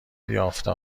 یافته